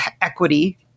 equity